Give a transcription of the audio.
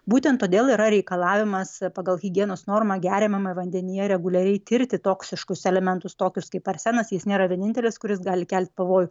būtent todėl yra reikalavimas pagal higienos normą geriamame vandenyje reguliariai tirti toksiškus elementus tokius kaip arsenas jis nėra vienintelis kuris gali kelti pavojų